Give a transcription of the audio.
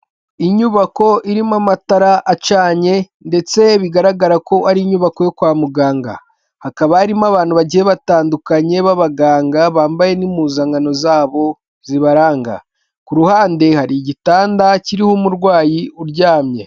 Inyubako irimo amatara acanye, ndetse bigaragara ko ari inyubako yo kwa muganga, hakaba harimo abantu bagiye batandukanye b'abaganga bambaye n'impuzankano zabo zibaranga, ku ruhande hari igitanda kiriho umurwayi uryamye.